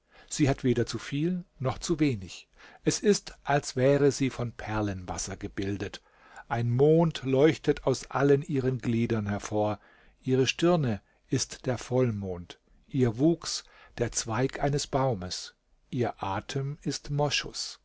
sie hat weder zu viel noch zu wenig es ist als wäre sie von perlenwasser gebildet ein mond leuchtet aus allen ihren gliedern hervor ihre stirne ist der vollmond ihr wuchs der zweig eines baumes ihr atem ist moschus